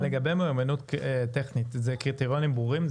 לגבי מהימנות טכנית, זה קריטריונים ברורים?